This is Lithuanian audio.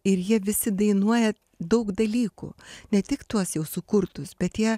ir jie visi dainuoja daug dalykų ne tik tuos jau sukurtus bet jie